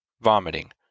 vomiting